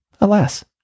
Alas